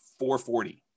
440